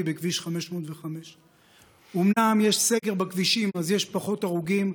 בכביש 505. אומנם יש סגר בכבישים אז יש פחות הרוגים,